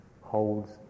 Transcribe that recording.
holds